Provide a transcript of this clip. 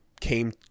came